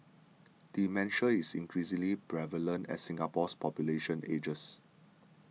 dementia is increasingly prevalent as Singapore's population ages